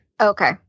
Okay